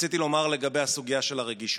רציתי לומר לגבי הסוגיה של הרגישות: